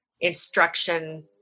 instruction